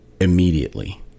immediately